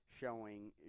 showing